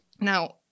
Now